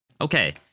Okay